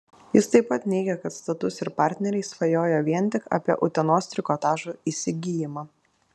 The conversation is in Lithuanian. jis taip pat neigė kad status ir partneriai svajoja vien tik apie utenos trikotažo įsigijimą